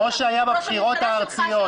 כמו שהיה בבחירות הארציות.